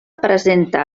presenta